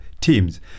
teams